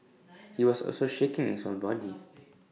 he was also shaking his whole body